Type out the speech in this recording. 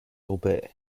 łby